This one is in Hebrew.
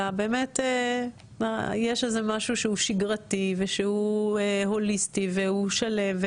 אלא באמת יש איזה משהו שהוא שגרתי ושהוא הוליסטי והוא שלם,